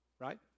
Right